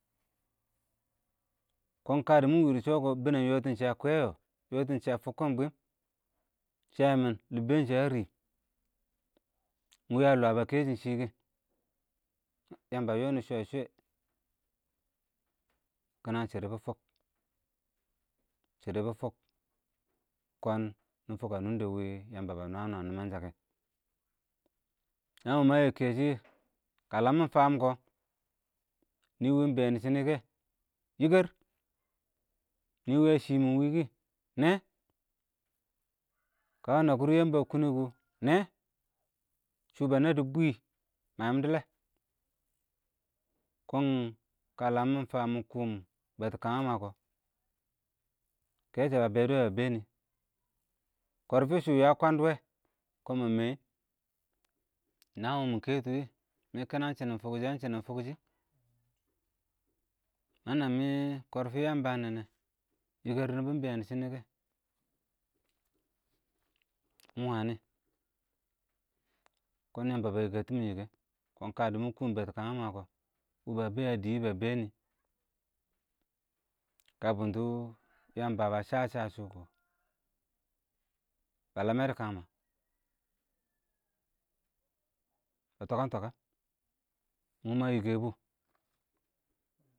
kɔn kə dɪmɪ wɪɪ dɪ shɔ kɔ, bɪnɛng yɔɔtɪn shɪ ə kwɛɛ yɔɔ, yɔɔtɪn shɪ ə fʊkkɪn bwɪm, shɪ ə yɪmɪn ɪng lɪbbɛn shɪyɛ ə rɪɪm,ɪngwɛ ə lɔɔ bə kɛ shɪ shɪ kɛ yəmbə ə yɔnɪ shwɛ-shwɛ, kɪnə ɪng shɪdɔ bɪ fʊk, ɪng shɪdɔ bɪ fʊk, kɔn, bɪɪ fʊk ə nʊngdɛ wɪɪ Yəmbə bə nwən-nwən nɪmənshə kɛ, nə wɪɪ mə yɛ kɛshɪ, kə ləəm mɪ fəən kɔ, nɪɪ wɪɪ ɪng bɛɛn dɪ shɪnɪ kɛ, yɪkɛr, nɪɪ ɪng wɪɪ ə shɪmɪn wɪ kɪ, nɛɛ, kə nəkɪr yəmbə dɪ kʊnʊng kɔ, nɛɛ, sʊʊ bənə dɪ bwɪ, mə yɪmdo lɛ, kɔm, kə ləm mɪ fəə mɪ kɔɔm, bɛtʊ kəən mə kɔ, kɛɛ bə bɛ dʊwɛ ə bɛ nɪ, kɔrfɪ shʊ wɛ ə kwədʊ wɛ, kʊn mə mɛɛ, nəəng wʊ mɪ kɛtɪ wɪ, mɪ kɪnə ɪng shɪnɪn fʊkshɪ ɪng shɪnɪn fʊkshɪ, mə nə mɪ, kɔrfɪ Yəmbə ə nɛnɛ, yɪkɛr nɪ bɔ ɪng bɛɛn dɪ shɪnɪ kɛ, ɪng kʊn Yəmbə bə yɪkɛ tɪmɪn yɪkɛ, kɔn kə dɪ mɪ kʊʊm bɛ dɪ kənmə kɔ, wʊ bə bɛ ə dɪ bə bɛnɪ, kə bʊndʊ, Yəmbə bə səsə sʊ kʊ, bə ləmɛ dɔ kəngmɪn, bə twəkən-twəkən, ɪng mɔ mə yɪkɛ bʊ.